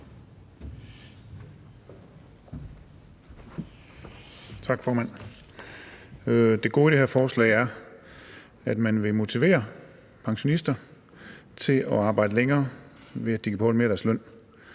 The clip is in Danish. Det gode i det her forslag er, at man vil motivere pensionister til at arbejde længere, ved at de kan beholde mere af